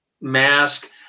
mask